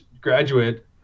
graduate